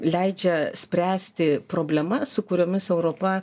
leidžia spręsti problemas su kuriomis europa